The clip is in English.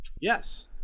yes